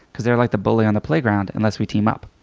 because they're like the bully on the playground, unless we team up.